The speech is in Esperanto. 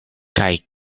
kaj